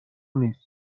نیست